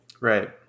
Right